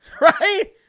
Right